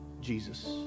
Jesus